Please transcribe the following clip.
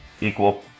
equal